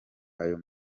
ayo